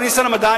אדוני שר המדע,